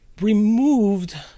removed